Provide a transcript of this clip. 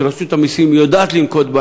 שרשות המסים יודעת לנקוט,